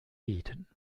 beten